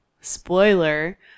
Spoiler